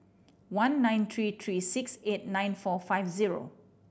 one nine three three six eight nine four five zero